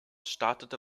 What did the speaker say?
startete